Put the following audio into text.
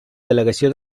delegació